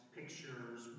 pictures